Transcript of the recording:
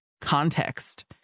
context